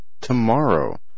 tomorrow